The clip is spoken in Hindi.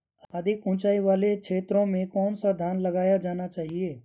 अधिक उँचाई वाले क्षेत्रों में कौन सा धान लगाया जाना चाहिए?